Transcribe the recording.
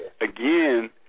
again